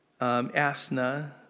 Asna